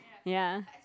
ya